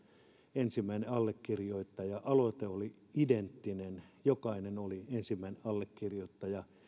ensimmäinen allekirjoittaja aloite oli identtinen jokainen oli ensimmäinen allekirjoittaja